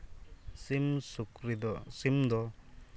ᱥᱤᱢ ᱥᱩᱠᱨᱤ ᱫᱚ ᱥᱤᱢ ᱫᱚ